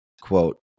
Quote